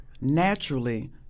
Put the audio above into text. naturally